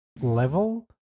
level